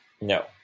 No